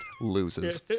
Loses